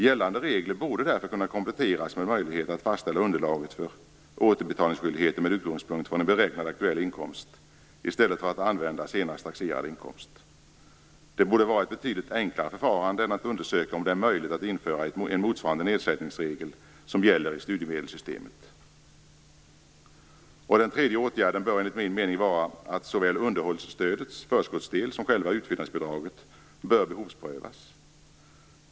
Gällande regler borde därför kunna kompletteras med en möjlighet att fastställa underlaget för återbetalningsskyldigheten med utgångspunkt i en beräknad aktuell inkomst i stället för att använda senast taxerad inkomst. Det borde vara ett betydligt enklare förfarande än att undersöka om det är möjligt att införa en motsvarande nedsättningsregel som gäller i studiemedelssystemet. Den tredje åtgärden bör enligt min mening vara att såväl underhållets förskottsdel som själva utfyllnadsbidraget behovsprövas.